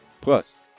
plus